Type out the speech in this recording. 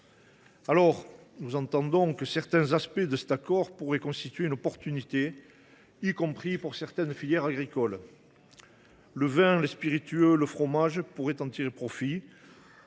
moment. Nous entendons que certains aspects de cet accord pourraient offrir des possibilités, y compris pour certaines filières agricoles. Le vin, les spiritueux, le fromage pourraient en tirer profit.